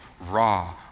raw